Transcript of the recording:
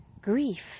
grief